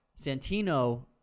Santino